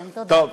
טוב,